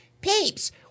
Peeps